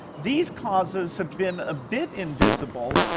these causes have been a bit invisible.